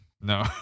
No